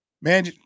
man